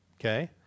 okay